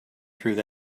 through